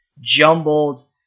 jumbled